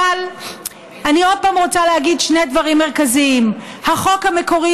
אבל אני עוד פעם רוצה להגיד שני דברים מרכזיים: החוק המקורי,